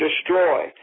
destroy